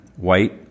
White